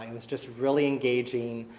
it was just really engaging.